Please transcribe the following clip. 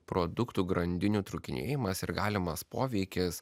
produktų grandinių trūkinėjimas ir galimas poveikis